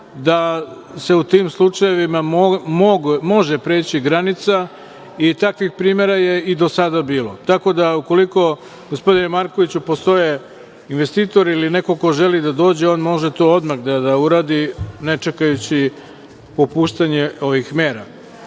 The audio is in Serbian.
da se u tim slučajevima može preći granica i takvih primera je i do sada bilo. Tako da ukoliko gospodine Markoviću postoje investitori ili neko ko želi da dođe, on može to odmah da uradi, ne čekajući popuštanje ovih mera. Samo